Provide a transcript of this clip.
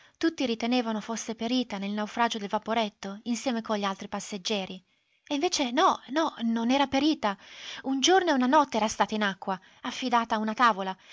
tutti ritenevano fosse perita nel naufragio del vaporetto insieme con gli altri passeggeri e invece no no non era perita un giorno e una notte era stata in acqua affidata a una tavola